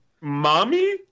Mommy